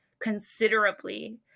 considerably